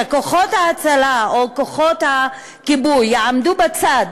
שכוחות ההצלה או כוחות הכיבוי יעמדו בצד